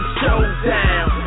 showdown